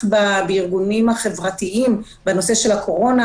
בארגונים החברתיים בנושא של הקורונה,